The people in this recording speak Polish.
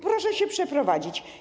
Proszę się przeprowadzić.